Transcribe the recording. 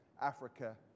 Africa